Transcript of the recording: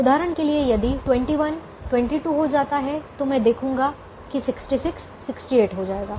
उदाहरण के लिए यदि 21 22 हो जाता हैं तो मैं देखूंगा कि 66 68 हो जाएगा